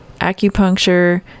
acupuncture